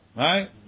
right